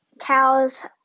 Cows